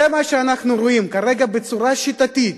זה מה שאנחנו רואים, כרגע בצורה שיטתית,